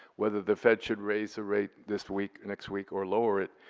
whether the fed should raise the rate this week, next week, or lower it.